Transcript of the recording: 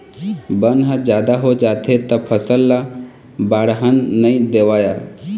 बन ह जादा हो जाथे त फसल ल बाड़हन नइ देवय